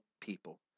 people